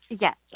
Yes